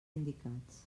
indicats